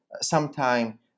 sometime